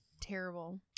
terrible